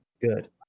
Good